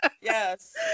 Yes